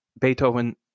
Beethoven